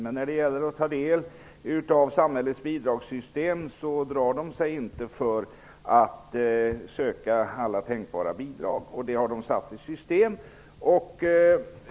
Men när det gäller att ta del av samhällets bidragssystem drar de sig inte för att söka alla tänkbara bidrag. Det har de satt i system.